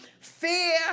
fear